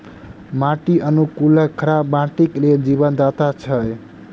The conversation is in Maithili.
माटि अनुकूलक खराब माटिक लेल जीवनदाता छै